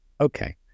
Okay